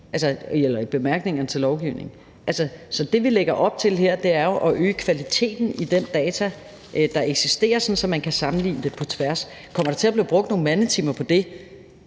klart i bemærkningerne til lovgivningen. Så det, vi lægger op til her, er jo at øge kvaliteten i de data, der eksisterer, sådan at man kan sammenligne dem på tværs. Kommer der til at blive brugt nogle mandetimer på det?